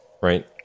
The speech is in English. right